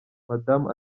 madamu